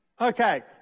Okay